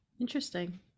interesting